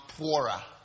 poorer